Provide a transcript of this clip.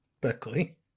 Berkeley